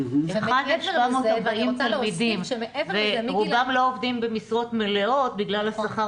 ורובם לא עובדים במשרות מלאות בגלל השכר